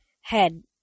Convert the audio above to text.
head